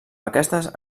aquestes